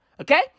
okay